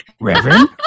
Reverend